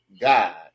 God